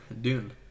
dune